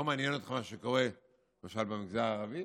לא מעניין מה שקורה, למשל, במגזר הערבי?